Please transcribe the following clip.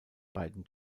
beiden